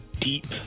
deep